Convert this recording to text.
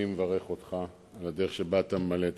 אני מברך אותך על הדרך שבה אתה ממלא את